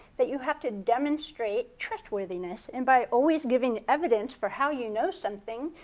that you have to demonstrate trustworthiness and by always giving evidence for how you know something,